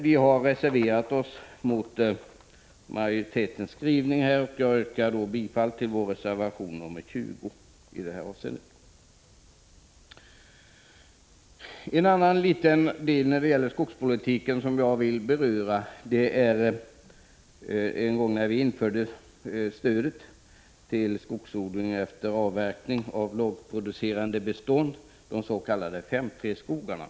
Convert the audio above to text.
Vi har reserverat oss mot majoritetens skrivning, och jag yrkar i detta avseende bifall till vår reservation 20. En annan liten del av skogspolitiken som jag vill beröra är stödet till skogsodling efter avverkning av lågproducerande bestånd, de s.k. 5:3 skogarna.